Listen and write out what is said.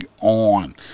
on